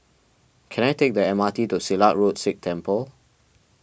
can I take the M R T to Silat Road Sikh Temple